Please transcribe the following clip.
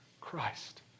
Christ